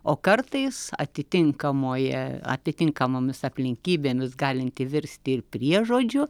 o kartais atitinkamoje atitinkamomis aplinkybėmis galinti virsti ir priežodžiu